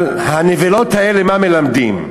אבל הנבלות האלה, מה מלמדים: